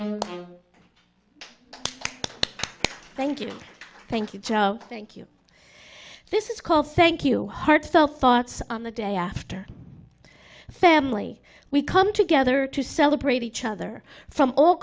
and thank you thank you joe thank you this is called thank you heartfelt thoughts on the day after family we come together to celebrate each other from all